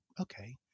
Okay